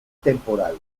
temporal